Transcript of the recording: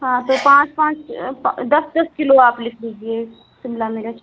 हाँ तो पाँच पाँच दस दस किलो आप लिख लीजिए शिमला मिर्च